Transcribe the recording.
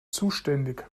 zuständig